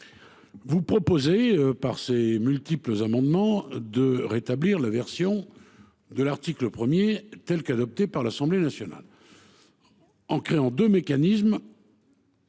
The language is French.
vous proposez, par ces multiples amendements, de rétablir la version de l’article 1 adoptée par l’Assemblée nationale, qui crée deux mécanismes